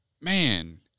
man –